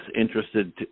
interested